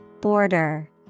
Border